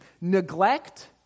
Neglect